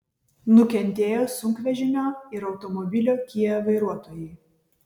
nukentėjo sunkvežimio ir automobilio kia vairuotojai